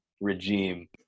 regime